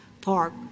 Park